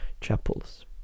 chapels